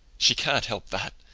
she can't help that!